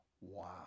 Wow